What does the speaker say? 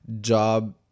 job